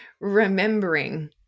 remembering